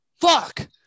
Fuck